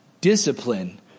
discipline